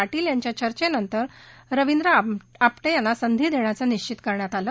पाटील यांच्या चर्चेनंतर रवींद्र आपटे यांना संधी देण्याचं निश्वित करण्यात आलं